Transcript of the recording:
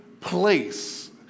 place